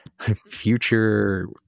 future